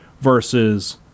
versus